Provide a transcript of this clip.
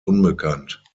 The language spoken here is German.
unbekannt